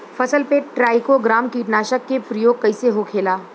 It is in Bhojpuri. फसल पे ट्राइको ग्राम कीटनाशक के प्रयोग कइसे होखेला?